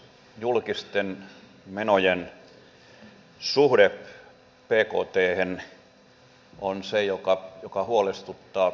julkisten menojen suhde bkthen on se joka huolestuttaa